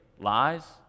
lies